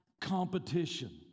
Competition